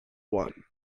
one